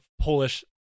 Polish